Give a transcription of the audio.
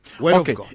okay